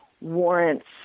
warrants